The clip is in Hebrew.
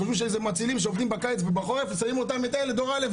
חושבים שזה מצילים שעובדים בקיץ ובחורף ושמים אותם דור א',